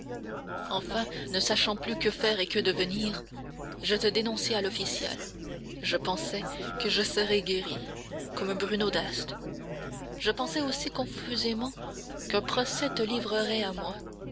enfin ne sachant plus que faire et que devenir je te dénonçai à l'official je pensais que je serais guéri comme bruno d'ast je pensais aussi confusément qu'un procès te livrerait à moi